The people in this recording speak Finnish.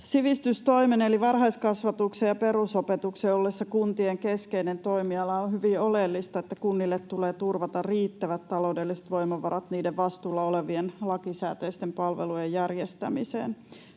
Sivistystoimen eli varhaiskasvatuksen ja perusopetuksen ollessa kuntien keskeinen toimiala on hyvin oleellista, että kunnille tulee turvata riittävät taloudelliset voimavarat niiden vastuulla olevien lakisääteisten palvelujen järjestämiseen.